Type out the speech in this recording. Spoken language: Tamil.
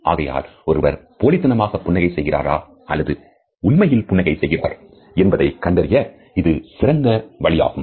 ஆகையால் ஒருவர் போலித்தனமாக புன்னகை செய்கிறாரா அல்லது உண்மையில் புன்னகை செய்கிறாரா என்பதை கண்டறிய இது சிறந்த வழி இதுவாகும்